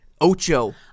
Ocho